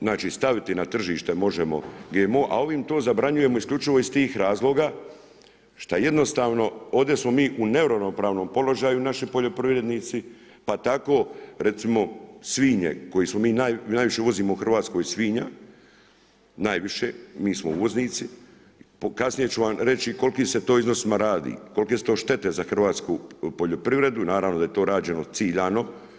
Znači staviti na tržište, možemo GMO, a ovim to zabranjujemo isključivo iz tih razloga, šta jednostavno, ovdje smo mi u neravnopravnom položaju naši poljoprivrednici, pa tako recimo, svinje, koje mi najviše uvozimo u Hrvatskoj svinja, najviše, mi smo uvoznici, kasnije ću vam reći, o koliki se to iznosima radi, kolike su to štete za hrvatsku poljoprivredu, naravno da e to rađeno ciljano.